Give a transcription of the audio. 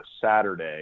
Saturday